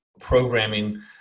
programming